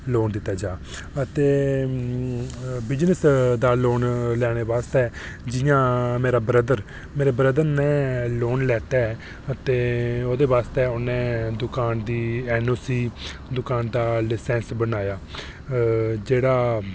loan दित्ता जा ते बिज़नेस दा लोन लैने आस्तै जि'यां मेरा ब्रदर मेरे ब्रदर ने लोन लैता ऐ ते ओह्दे आस्तै उन्ने दुकान दी एनओसी दुकान दा लाइसेंस बनाया जेह्ड़ा